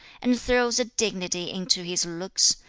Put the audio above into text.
and throws a dignity into his looks,